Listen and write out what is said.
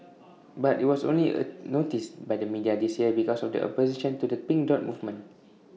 but IT was only A noticed by the media this year because of the opposition to the pink dot movement